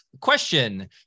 Question